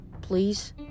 please